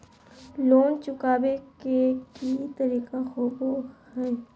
Loan चुकाबे के की तरीका होबो हइ?